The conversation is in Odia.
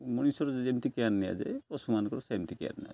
ମଣିଷର ଯେମିତି କେୟାର୍ ନିଆଯାଏ ପଶୁମାନଙ୍କର ସେମତି କେୟାର୍ ନିଆଯାଏ